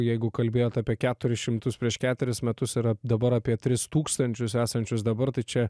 jeigu kalbėjot apie keturis šimtus prieš keturis metus yra dabar apie tris tūkstančius esančius dabar tai čia